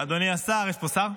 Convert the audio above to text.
אדוני השר, יש פה שר?